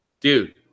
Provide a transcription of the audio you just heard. dude